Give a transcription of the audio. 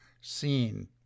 seen